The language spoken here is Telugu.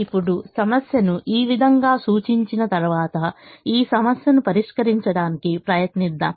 ఇప్పుడు సమస్యను ఈ విధంగా సూచించిన తరువాత ఈ సమస్యను పరిష్కరించడానికి ప్రయత్నిద్దాం